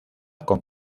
con